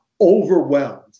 overwhelmed